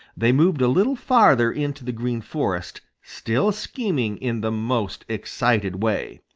they moved a little farther in to the green forest, still screaming in the most excited way.